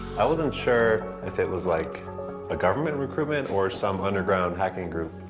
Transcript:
i wasn't sure if it was like a government recruitment or some underground hacking group.